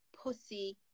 pussy